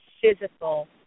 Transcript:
physical